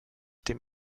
dem